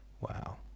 Wow